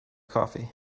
coffee